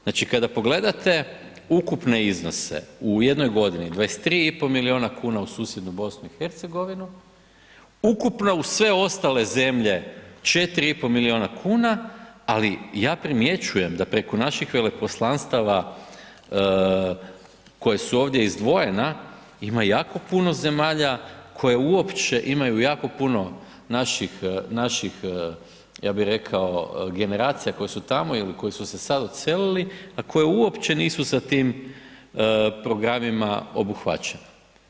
Znači kada pogledate ukupne iznose u jednoj godini 23,5 milijuna kuna u susjednu BiH, ukupno u sve ostale zemlje 4,5 milijuna kuna ali ja primjećujem da preko naših veleposlanstava koje su ovdje izdvojena ima jako puno zemalja koje uopće imaju jako puno naših ja bih rekao generacija koje su tamo ili koje su se sad odselili a koje uopće nisu sa tim programima obuhvaćene.